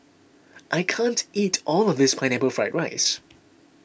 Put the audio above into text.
I can't eat all of this Pineapple Fried Rice